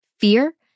fear